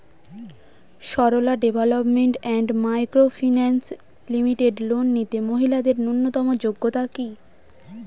Sarala development and micro finance limited loan নিতে মহিলাদের ন্যূনতম যোগ্যতা কী?